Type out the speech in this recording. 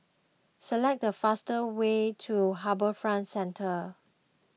select the fastest way to HarbourFront Centre